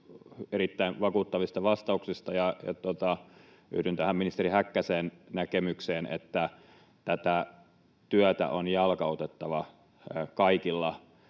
erittäin vakuuttavista vastauksista, ja yhdyn tähän ministeri Häkkäsen näkemykseen, että tätä työtä on jalkautettava kaikilla